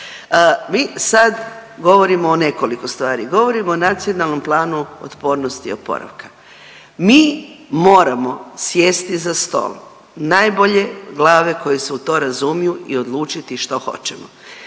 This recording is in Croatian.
Mi sad govorimo o nekoliko stvari, govorimo o NPOO-u, mi moramo sjesti za stol, najbolje glave koje se u to razumiju i odlučiti što hoćemo.